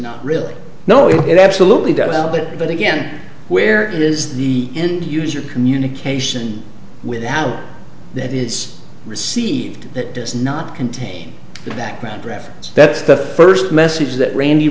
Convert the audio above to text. not really no it absolutely does help it but again where it is the end user communication without that is received that does not contain the background reference that's the first message that randy